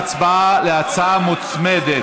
אנחנו עוברים להצבעה על ההצעה המוצמדת.